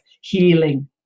healing